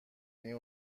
این